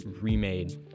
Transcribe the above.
remade